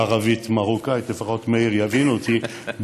בערבית מרוקאית, לפחות מאיר יבין אותי,